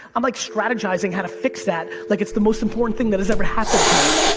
i'm like strategizing how to fix that like it's the most important thing that has ever happened to me.